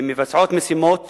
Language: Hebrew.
מבצעות משימות